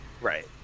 right